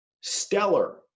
stellar